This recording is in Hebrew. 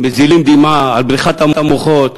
מזילים דמעה על בריחת המוחות,